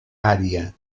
ària